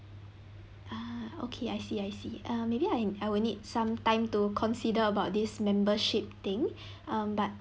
ah okay I see I see err maybe I I would need some time to consider about this membership thing um but